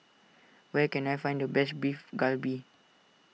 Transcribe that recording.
where can I find the best Beef Galbi